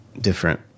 different